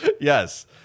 Yes